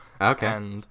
Okay